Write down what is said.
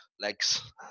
legs